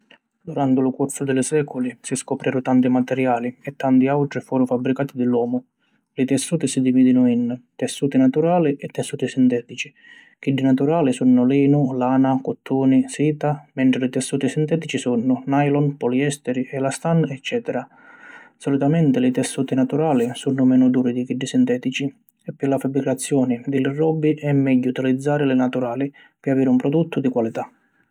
Duranti lu cursu di li sèculi si scopreru tanti materiali e tanti àutri foru fabbricati di l’omu. Li tessuti si divìdinu in: tessuti naturali e tessuti sintètici. Chiddi naturali sunnu Linu, Lana, Cuttuni, Sita mentri li tessuti sintètici sunnu Nylon, Poliesteri, Elastan eccètera. Solitamenti li tessuti naturali sunnu menu duri di chiddi sintètici e pi la fabbricazioni di li robbi è megghiu utilizzari li naturali pi aviri un produttu di qualità.